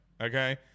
Okay